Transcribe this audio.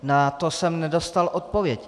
Na to jsem nedostal odpověď.